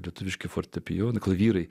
lietuviški fortepijono klavyrai